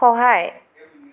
সহায়